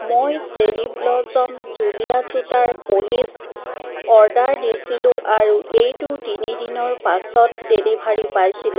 মই cherry blossom জুলীয়া জোতাৰ প'লিচ অৰ্ডাৰ দিছিলোঁ আৰু এইটোৰ তিনি দিনৰ পাছত ডেলিভাৰী পাইছিলোঁ